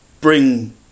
bring